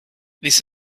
this